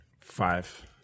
Five